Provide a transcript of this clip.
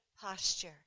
posture